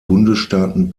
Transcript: bundesstaaten